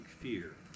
fear